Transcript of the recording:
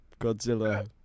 Godzilla